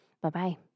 Bye-bye